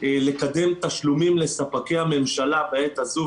לקדם תשלומים לספקי הממשלה בעת הזו,